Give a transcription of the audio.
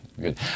Good